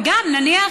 נניח,